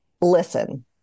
listen